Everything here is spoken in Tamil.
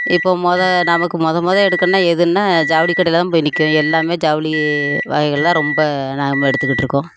இப்போ முத நமக்கு முத முத எடுக்கணும்னா எதுனா ஜவுளிக்கடையில் தான் போய் நிற்கணும் எல்லாம் ஜவுளி வகைகள் தான் ரொம்ப நம்ம எடுத்துக்கிட்டு இருக்கோம்